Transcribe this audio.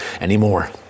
anymore